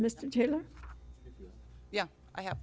mr taylor yeah i have